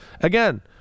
again